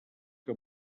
que